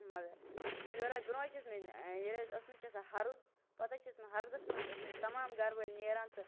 یور حظ برونٛہہ چھِ ٲسمتۍ ییٚلہِ حظ ٲسمٕتۍ چھُ آسان ہَرُد پتہٕ چھِ ٲسمتۍ ہردَس مَنٛز ٲسمتۍ تمام گَرٕ وٲلۍ نیران تہٕ